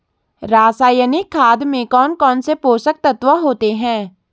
रासायनिक खाद में कौन कौन से पोषक तत्व होते हैं?